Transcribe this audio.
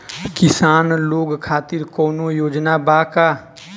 किसान लोग खातिर कौनों योजना बा का?